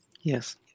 yes